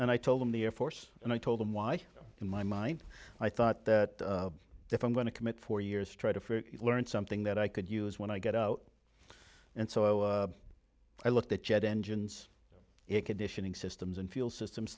and i told them the air force and i told them why in my mind i thought that different going to commit for years to try to learn something that i could use when i get out and so i looked at jet engines it conditioning systems and fuel systems